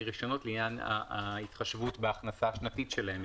רישיונות לעניין ההתחשבות בהכנסה השנתית שלהם,